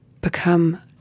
become